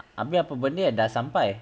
ah apa benda yang dah sampai